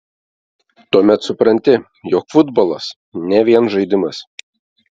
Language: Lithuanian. tuomet supranti jog futbolas ne vien žaidimas